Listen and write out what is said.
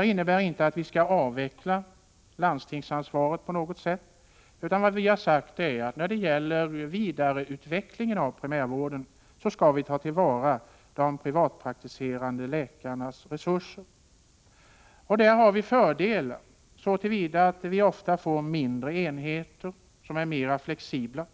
Det innebär inte att vi skall avveckla landstingsansvaret, utan vi har sagt att vi när det gäller vidareutvecklingen av primärvården skall ta till vara de privatpraktiserande läkarnas resurser. En fördel med detta är att vi ofta får mindre enheter som är mer flexibla.